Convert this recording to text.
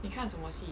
你看什么戏